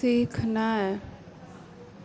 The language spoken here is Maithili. सीखनाइ